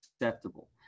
acceptable